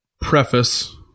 preface